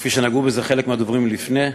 כפי שנגעו בזה חלק מהדוברים לפני,